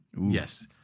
Yes